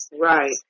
Right